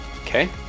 Okay